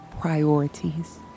priorities